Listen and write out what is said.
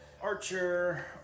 Archer